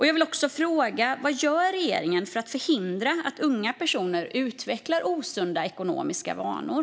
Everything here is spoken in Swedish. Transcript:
Jag vill också fråga vad regeringen gör för att förhindra att unga personer utvecklar osunda ekonomiska vanor.